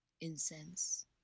incense